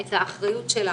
על האחריות שלה